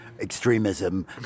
extremism